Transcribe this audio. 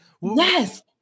yes